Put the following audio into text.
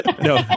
no